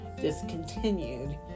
discontinued